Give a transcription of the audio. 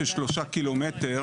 של 3 ק"מ,